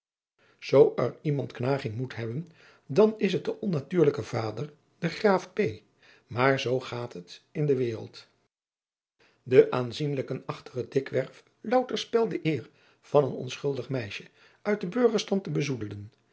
oo er iemand knaging moet hebben dan is het de onnatuurlijke vader de raaf maar zoo gaat het in de wereld e aanzienlijken achten het dikwerf louter spel de eer van een onschuldig meisje uit den burgerstand te bezoedelen